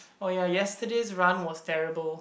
oh ya yesterday's run was terrible